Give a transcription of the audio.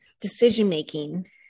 decision-making